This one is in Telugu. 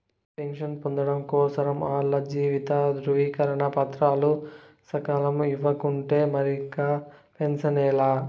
పెన్షన్ పొందడం కోసరం ఆల్ల జీవిత ధృవీకరన పత్రాలు సకాలంల ఇయ్యకుంటే మరిక పెన్సనే లా